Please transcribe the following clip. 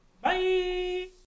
Bye